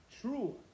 true